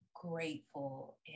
Grateful